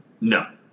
no